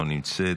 לא נמצאת,